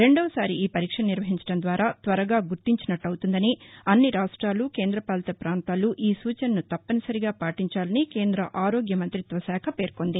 రెండవసారి ఈ పరీక్ష నిర్వహించడం ద్వారా త్వరగా గుర్తించినట్లు అవుతుందని అన్ని రాష్ట్రాలు కేంద్రపాలిత ప్రాంతాలు ఈ సూచనసు తప్పనిసరిగా పాటించాలని కేంద్ర ఆరోగ్య మంతిత్వ శాఖ పేర్కొంది